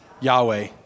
Yahweh